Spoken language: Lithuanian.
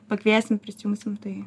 pakviesim prisijungsim tai